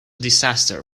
disaster